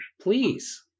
please